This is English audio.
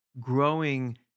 growing